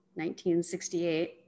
1968